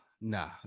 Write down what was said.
nah